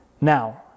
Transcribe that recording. Now